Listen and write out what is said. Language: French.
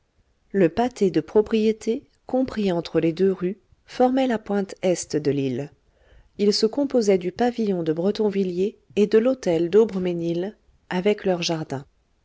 le pâté de propriétés compris entre les deux rues formait la pointe est de l'île il se composait du pavillon de bretonvilliers et de l'hôtel d'aubremesnil avec leurs jardins